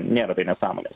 nėra tai nesąmonės